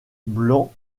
blanc